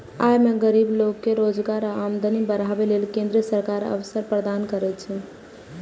अय मे गरीब लोक कें रोजगार आ आमदनी बढ़ाबै लेल केंद्र सरकार अवसर प्रदान करै छै